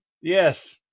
Yes